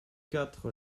quatre